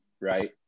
right